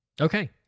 Okay